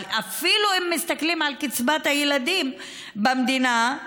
אבל אפילו אם מסתכלים על קצבת הילדים במדינה,